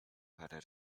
parę